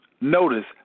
notice